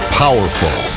powerful